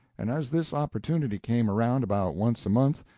and, as this opportunity came around about once a month,